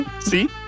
See